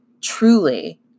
truly